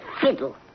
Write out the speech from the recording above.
Fiddle